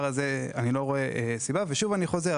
אני לא רואה סיבה, לגבי הדבר הזה.